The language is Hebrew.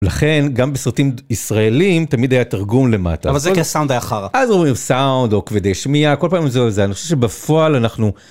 לכן, גם בסרטים ישראלים, תמיד היה תרגום למטה. אבל זה היה כי הסאונד היה חרא. אז אומרים סאונד, או כבדי שמיעה, כל פעם אומרים זה או זה, אני חושב שבפועל אנחנו...